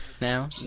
now